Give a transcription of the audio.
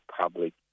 public